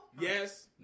Yes